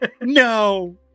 no